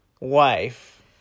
wife